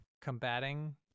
combating